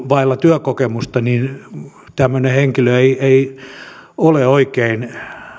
vailla työkokemusta niin tämmöinen henkilö ei ei ole oikein